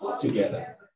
together